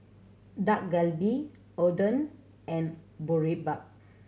Dak Galbi Oden and Boribap